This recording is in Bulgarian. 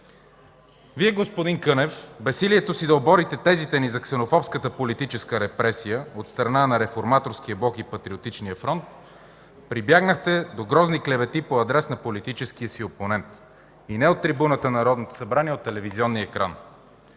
Вие, господин Кънев, в безсилието си да оборите тезите ни за ксенофобската политическа репресия от страна на Реформаторския блок и Патриотичния фронт, прибягнахте до грозни клевети и по адрес на политическия си опонент. И не от трибуната на Народното събрание, а от телевизионния екран.